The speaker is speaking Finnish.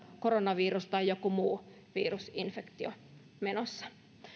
koronavirus tai joku muu virusinfektio menossa